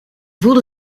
voelde